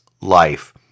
life